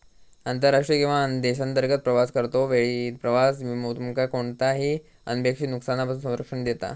आंतरराष्ट्रीय किंवा देशांतर्गत प्रवास करतो वेळी प्रवास विमो तुमका कोणताही अनपेक्षित नुकसानापासून संरक्षण देता